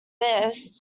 this